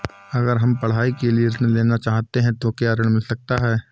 अगर हम पढ़ाई के लिए ऋण लेना चाहते हैं तो क्या ऋण मिल सकता है?